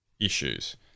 issues